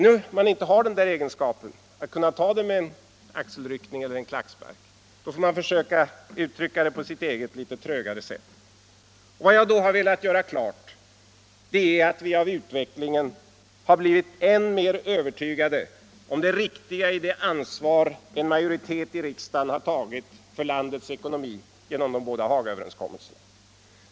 När man inte har egenskapen att kunna ta det med en axelryckning eller en klackspark får man försöka uttrycka sig på sitt eget litet trögare sätt. Vad jag då velat göra klart är att vi av utvecklingen blivit än mer övertygade om det riktiga i det ansvar en majoritet i riksdagen har tagit för landets ekonomi genom de båda Hagaöverenskommelserna.